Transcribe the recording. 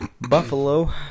Buffalo